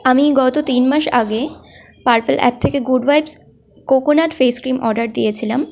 আমি গত তিন মাস আগে পার্পেল অ্যাপ থেকে good vibes coconut face cream order দিয়েছিলাম